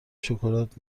شکلات